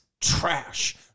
trash